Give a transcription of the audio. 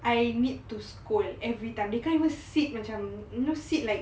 I need to scold every time they can't even will sit macam you know sit like